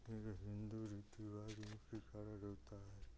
क्योंकि हिन्दू रीति रिवाज सारे देवता है